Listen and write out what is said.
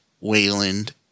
Wayland